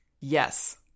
Yes